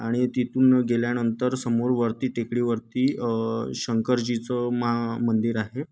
आणि तिथून गेल्यानंतर समोर वरती टेकडीवरती शंकरजीचं मा मंदिर आहे